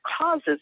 causes